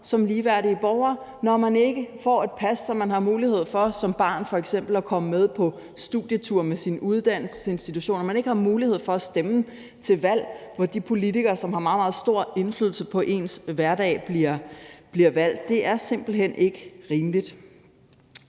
som barn, og at man f.eks. så senere hen ikke har mulighed for at komme med på studietur med sin uddannelsesinstitution og for at stemme til valg, hvor de politikere, som har meget, meget stor indflydelse på ens hverdag, bliver valgt. Det er simpelt hen ikke rimeligt.